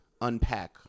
unpack